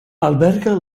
alberga